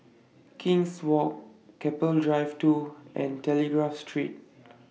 King's Walk Keppel Drive two and Telegraph Street